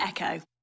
Echo